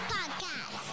Podcast